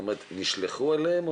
נשלח אליהם?